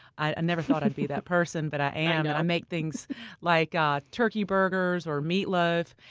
i never thought i'd be that person, but i am. but i make things like ah turkey burgers or meatloaf,